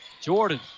Jordan